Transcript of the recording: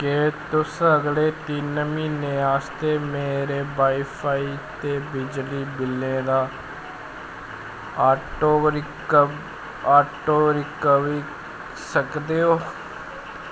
क्या तुस अगले तिन म्हीनें आस्तै मेरे वाई फाई ते बिजली बिल्लें दा ऑटोपेऽ रिकवरी सकदे ओ